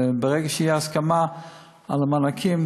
ברגע שתהיה הסכמה על המענקים,